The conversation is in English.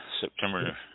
September